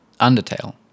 Undertale